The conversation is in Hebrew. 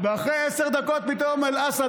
אחרי עשר דקות פתאום אל-אסד,